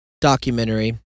documentary